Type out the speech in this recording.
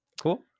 Cool